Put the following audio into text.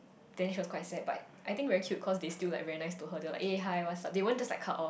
then she was quite sad but I think very cute cause they still like very nice to her they were like eh hi what's up they won't just like cut off